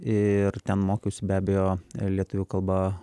ir ten mokiausi be abejo lietuvių kalba